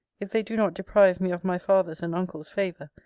if they do not deprive me of my father's and uncles' favour,